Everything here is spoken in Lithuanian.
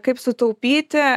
kaip sutaupyti